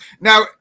Now